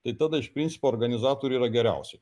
tai tada iš principo organizatoriui yra geriausia